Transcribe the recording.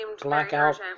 Blackout